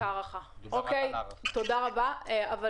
השאלה אם